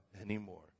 anymore